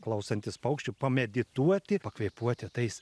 klausantis paukščių pamedituoti pakvėpuoti tais